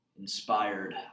inspired